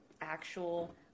actual